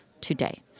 today